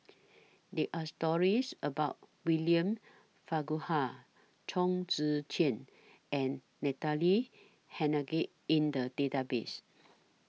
There Are stories about William Farquhar Chong Tze Chien and Natalie Hennedige in The Database